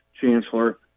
Chancellor